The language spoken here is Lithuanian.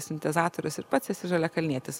sintezatorius ir pats esi žaliakalnietis